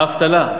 האבטלה,